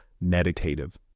meditative